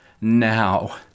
now